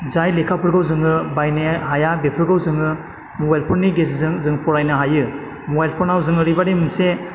जाय लेखाफोरखौ जोङो बायनो हाया बेफोरखौ जोङो मबाइल फननि गेजेरजों जों फरायनो हायो मबाइल फनाव जों ओरैबायदि मोनसे